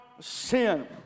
sin